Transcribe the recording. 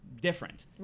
different